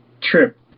trip